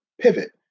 pivot